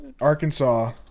Arkansas